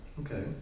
okay